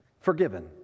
Forgiven